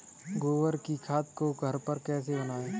गोबर की खाद को घर पर कैसे बनाएँ?